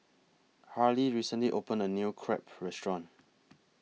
Harlie recently opened A New Crepe Restaurant